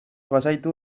bazaitu